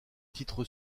titre